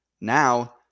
Now